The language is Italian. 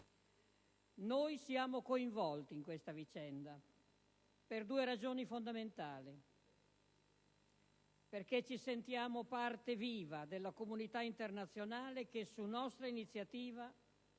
Noi siamo coinvolti in questa vicenda per due ragioni fondamentali: ci sentiamo parte viva della comunità internazionale che, su nostra iniziativa,